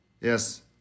yes